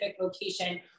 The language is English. location